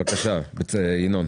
בבקשה, ינון.